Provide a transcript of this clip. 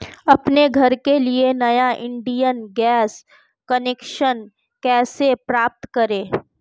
अपने घर के लिए नया इंडियन गैस कनेक्शन कैसे प्राप्त करें?